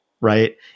right